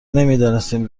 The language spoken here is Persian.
نمیدانستیم